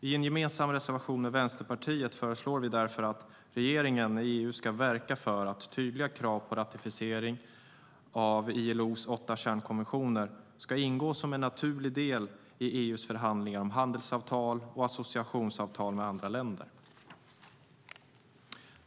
I en gemensam reservation med Vänsterpartiet föreslår vi därför att regeringen i EU ska verka för att tydliga krav på ratificering av ILO:s åtta kärnkonventioner ska ingå som en naturlig del i EU:s förhandlingar om handelsavtal och associationsavtal med andra länder.